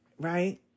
right